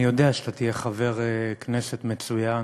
אני יודע שאתה תהיה חבר כנסת מצוין,